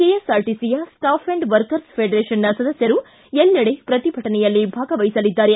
KSRTC staff and workers ಫೆಡರೇಷನ್ನ ಸದಸ್ಟರು ಎಲ್ಲೆಡೆ ಪ್ರತಿಭಟನೆಯಲ್ಲಿ ಭಾಗವಹಿಸಲಿದ್ದಾರೆ